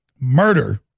murder